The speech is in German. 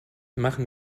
machen